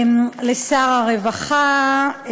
לשר הרווחה,